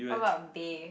what's about bae